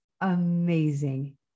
amazing